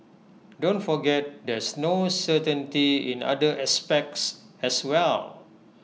don't forget there's no certainty in other aspects as well